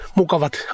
mukavat